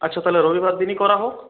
আচ্ছা তাহলে রবিবার দিনই করা হোক